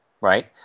right